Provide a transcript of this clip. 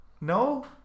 No